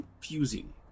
confusing